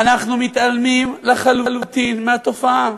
אנחנו מתעלמים לחלוטין מהתופעה.